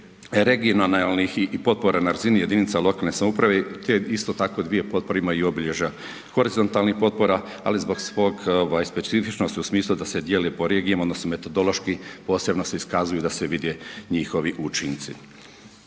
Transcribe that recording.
regionalnih i potpora na razini jedinica lokalne samouprave te isto tako dvije potpore imaju obilježja horizontalnih potpora, ali zbog svoje specifičnosti u smislu da se dijele po regijama odnosno metodološki posebno se iskazuju da se vide njihovi učinci.